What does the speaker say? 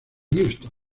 houston